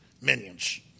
minions